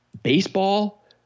Baseball